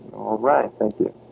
right, thank you